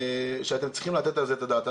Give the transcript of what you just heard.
אתם צריכים לתת על זה את הדעת.